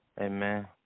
Amen